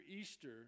Easter